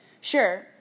Sure